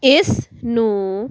ਇਸਨੂੰ